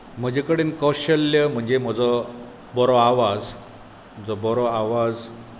म्हजें कडेन कौशल्य म्हणजे म्हजो बरो आवाज जो बरो आवाज